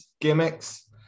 gimmicks